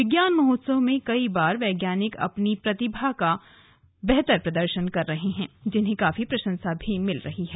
विज्ञान महोत्सव में कई बाल वैज्ञानिक अपनी प्रतिभा का बेहतर प्रदर्शन कर रहे है जिन्हें काफी प्रशंसा भी मिल रही है